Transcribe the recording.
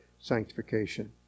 sanctification